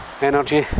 energy